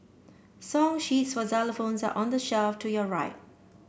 song sheets for xylophones are on the shelf to your right